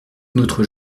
notre